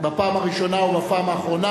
בפעם הראשונה ובפעם האחרונה,